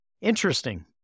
interesting